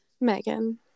Megan